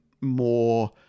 more